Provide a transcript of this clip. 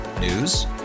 News